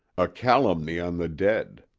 a calumny on the dead,